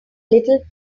little